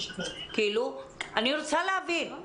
אני רוצה להבין.